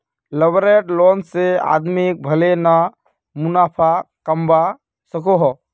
leveraged loan से आदमी भले ला मुनाफ़ा कमवा सकोहो